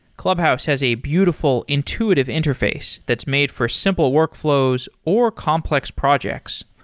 clubhouse has a beautiful intuitive interface that's made for simple workflows, or complex projects.